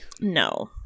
No